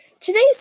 Today's